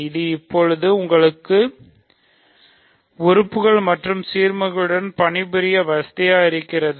இது இப்போது உங்களுக்கு உறுப்புகள் மற்றும் சீர்மங்களுடன் பணிபுரிய வசதியாக இருக்கிறது